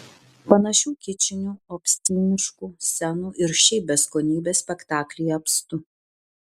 panašių kičinių obsceniškų scenų ir šiaip beskonybės spektaklyje apstu